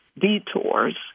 detours